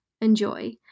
enjoy